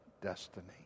destiny